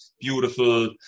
beautiful